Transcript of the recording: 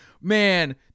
man